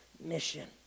mission